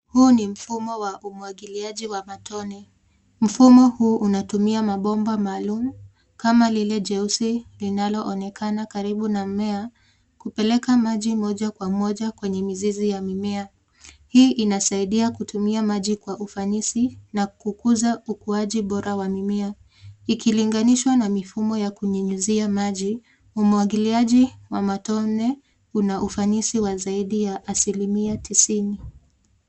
Huu ni mfumo wa umwagiliaji wa matone. Mfumo huu unatumia mabomba maalum kama lile jeusi linaloonekana karibu na mmea kupeleka maji moja kwa moja kwenye mizizi ya mimea. Hii inasaidia kutumia maji kwa ufanisi na kukuza ukuaji bora wa mimea. Ikilinganishwa na mifumo ya kunyunyizia maji, umwagiliaji wa matone una ufanisi wa zaidi ya asilimia tisini.